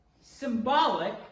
symbolic